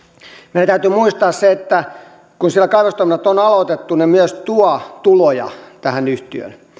meidän täytyy muistaa se että kun siellä kaivostoiminnat on aloitettu ne myös tuovat tuloja tähän yhtiöön